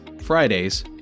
Fridays